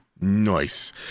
Nice